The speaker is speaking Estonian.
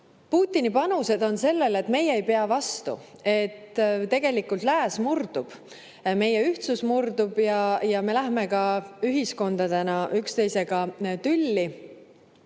Putini panused on sellele, et meie ei pea vastu, et tegelikult lääs murdub, meie ühtsus murdub ja me lähme ühiskondadena üksteisega tülli.